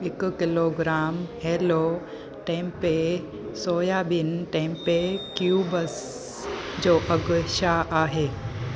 हिकु किलोग्रामु हेलो टेम्पे सोयाबीन टैम्पेह क्यूब्स जो अघु छा आहे